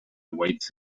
awaits